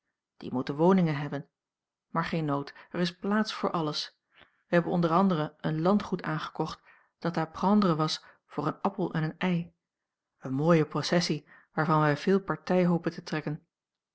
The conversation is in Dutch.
die moeten woningen hebben maar geen nood er is plaats voor alles wij hebben onder anderen een landgoed aangekocht dat à prendre was voor een appel en een ei een mooie possessie waarvan wij veel partij hopen te trekken